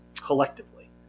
collectively